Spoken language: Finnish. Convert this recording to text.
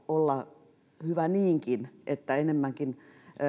olla hyvä niinkin että enemmänkin